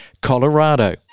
Colorado